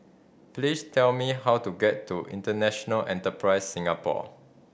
please tell me how to get to International Enterprise Singapore